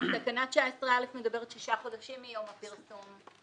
תקנה 19(א) מדברת על שישה חודשים מיום הפרסום.